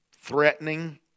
threatening